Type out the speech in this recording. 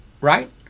Right